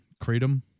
kratom